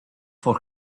for